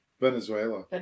Venezuela